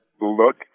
look